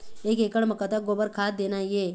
एक एकड़ म कतक गोबर खाद देना ये?